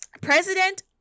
president